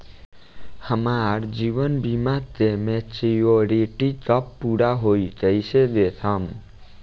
हमार जीवन बीमा के मेचीयोरिटी कब पूरा होई कईसे देखम्?